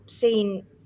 seen